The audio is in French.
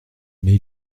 mais